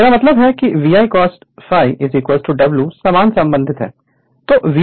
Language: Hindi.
मेरा मतलब है vi cos W समान संबंधहै